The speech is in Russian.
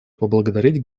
поблагодарить